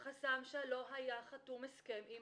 החסם שלא היה חתום הסכם עם